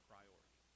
priority